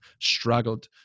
struggled